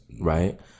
Right